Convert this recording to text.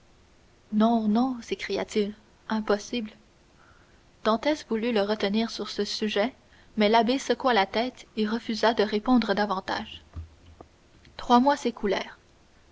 non non s'écria-t-il impossible dantès voulut le retenir sur ce sujet mais l'abbé secoua la tête et refusa de répondre davantage trois mois